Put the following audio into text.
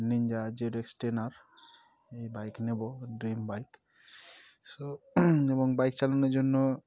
ninja Z X ten আর এই bike নেবো ড্রিম বাইক সো এবং বাইক চালানোর জন্য